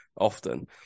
often